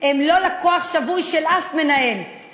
הם לא לקוח שבוי של אף מנהל, נכון.